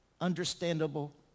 understandable